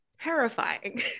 terrifying